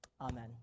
Amen